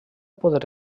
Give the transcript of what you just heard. poder